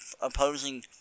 opposing